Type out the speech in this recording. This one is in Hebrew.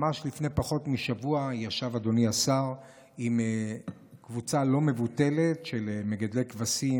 ממש לפני פחות משבוע ישב אדוני השר עם קבוצה לא מבוטלת של מגדלי כבשים